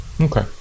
Okay